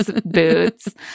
boots